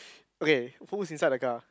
ok who's inside the car